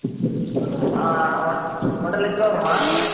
one ஒன்றரை லட்சம் ரூபா வருமா